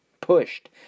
pushed